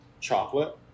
chocolate